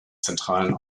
zentralen